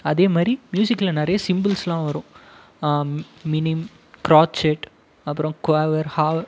அதே மாதிரி மியூசிக்கில் நிறைய சிம்பள்ஸ்லாம் வரும் மினிம் கிராட்செட் அப்பறம் குவாவர் ஹேவ்